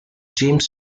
james